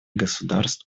государств